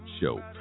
Show